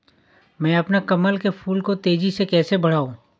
मैं अपने कमल के फूल को तेजी से कैसे बढाऊं?